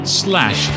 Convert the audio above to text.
slash